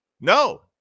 No